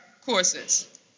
courses